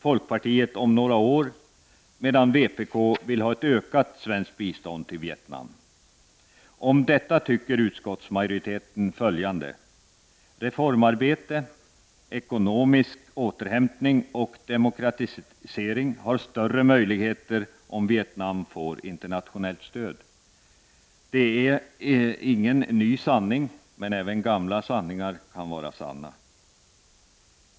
Folkpartiet vill avveckla om några år, medan vpk vill ha en ökning av det svenska biståndet till Vietnam. Om detta tycker utskottsmajoriteten följande. Reformarbete, ekonomisk återhämtning och demokratisering har större möjligheter om Vietnam får internationellt stöd. Det är ingen ny sanning, men även gamla sanningar kan vara bra.